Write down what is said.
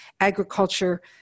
agriculture